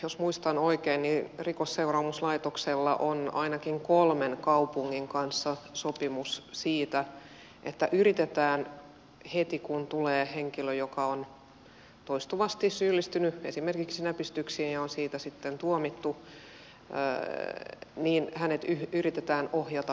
jos muistan oikein tällä hetkellä rikosseuraamuslaitoksella on ainakin kolmen kaupungin kanssa sopimus siitä että heti kun tulee henkilö joka on toistuvasti syyllistynyt esimerkiksi näpistyksiin ja on siitä sitten tuomittu hänet yritetään ohjata päihdehuoltoon